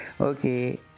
Okay